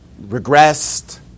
regressed